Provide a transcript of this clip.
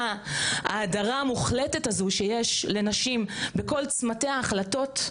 ההדרה המוחלטת הזו שיש לנשים בכל צמתי ההחלטות,